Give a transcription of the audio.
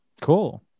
cool